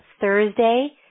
Thursday